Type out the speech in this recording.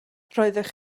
roeddech